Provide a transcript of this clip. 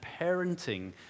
parenting